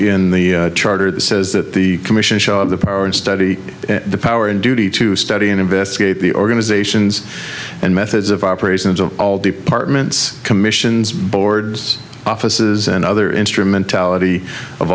in the charter that says that the commission show the power and study the power and duty to study and investigate the organizations and methods of operations of all departments commissions boards offices and other instrumentality of